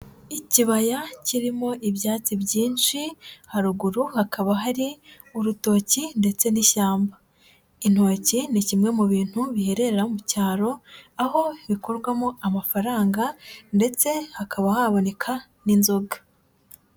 Ikibaya kirimo ibyatsi byinshi haruguru hakaba hari urutoki ndetse n'ishyamba. Intoki ni kimwe mu bintu biherera mu cyaro aho bikurwamo amafaranga ndetse hakaba haboneka n'inzoga.